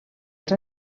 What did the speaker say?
els